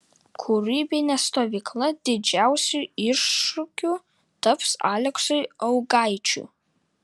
kūrybinė stovykla didžiausiu iššūkiu taps aleksui augaičiui